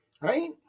right